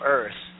Earth